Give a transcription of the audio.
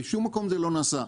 בשום מקום זה לא נעשה.